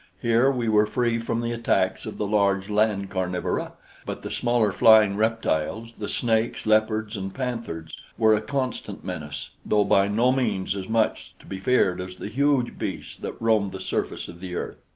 here we were free from the attacks of the large land carnivora but the smaller flying reptiles, the snakes, leopards, and panthers were a constant menace, though by no means as much to be feared as the huge beasts that roamed the surface of the earth.